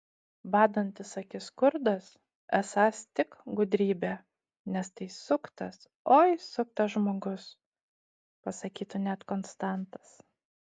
badantis akis skurdas esąs tik gudrybė nes tai suktas oi suktas žmogus pasakytų net konstantas